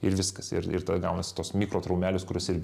ir viskas ir ir tada gaunasi tos mikrotraumelės kurios ir